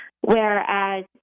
whereas